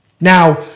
Now